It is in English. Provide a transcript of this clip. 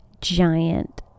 giant